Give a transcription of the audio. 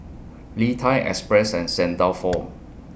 Lee Thai Express and Saint Dalfour